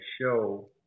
show